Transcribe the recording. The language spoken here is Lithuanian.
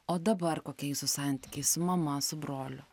o dabar kokie jūsų santykiai su mama su broliu